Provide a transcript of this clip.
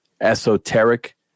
Esoteric